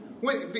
Wait